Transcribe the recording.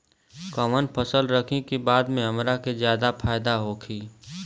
कवन फसल रखी कि बाद में हमरा के ज्यादा फायदा होयी?